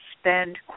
spend